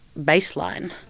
baseline